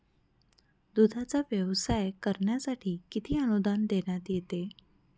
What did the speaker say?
दूधाचा व्यवसाय करण्यासाठी किती अनुदान देण्यात येते?